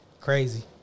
crazy